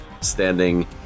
standing